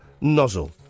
nozzle